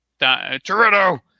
Toretto